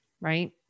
right